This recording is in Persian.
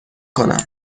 کنم